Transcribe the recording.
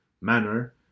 manner